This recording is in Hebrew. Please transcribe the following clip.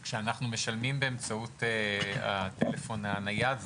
כשאנחנו משלמים באמצעות הטלפון הנייד,